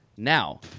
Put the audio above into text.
Now